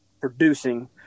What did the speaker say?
producing